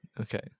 Okay